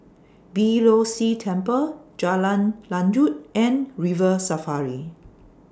Beeh Low See Temple Jalan Lanjut and River Safari